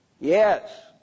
Yes